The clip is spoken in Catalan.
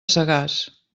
sagàs